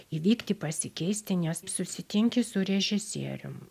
įvykti pasikeisti nes susitinki su režisierium